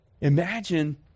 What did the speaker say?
imagine